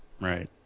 right